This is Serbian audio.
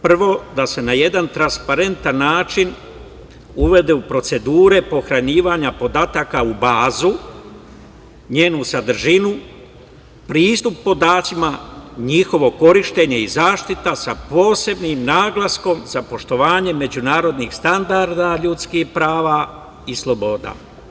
Prvo, da se na jedan transparentan način uvede u procedure pohranjivanja podataka u bazu, njenu sadržinu, pristup podacima, njihovo korišćenje i zaštita sa posebnim naglaskom za poštovanje međunarodnih standarda ljudskih prava i sloboda.